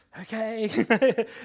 okay